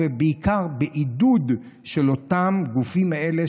ובעיקר בעידוד של הגופים האלה,